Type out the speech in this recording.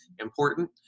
important